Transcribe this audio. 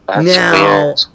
Now